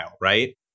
right